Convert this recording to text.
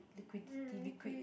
liquidity liquid